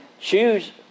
choose